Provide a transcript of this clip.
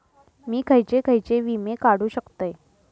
मी खयचे खयचे विमे काढू शकतय?